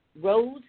roads